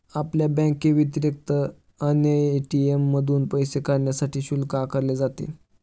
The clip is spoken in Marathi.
आपल्या बँकेव्यतिरिक्त अन्य ए.टी.एम मधून पैसे काढण्यासाठी शुल्क आकारले जाते